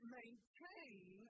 maintain